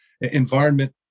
Environment